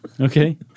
Okay